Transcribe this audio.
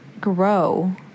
grow